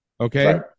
Okay